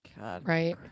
Right